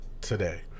today